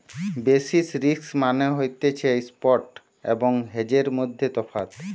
basis risk মানে হতিছে spot এবং হেজের মধ্যে তফাৎ